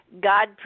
God